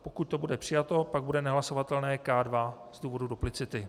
Pokud to bude přijato, pak bude nehlasovatelné K2 z důvodu duplicity.